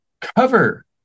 cover